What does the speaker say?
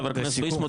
חבר הכנסת ביסמוט,